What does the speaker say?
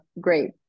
great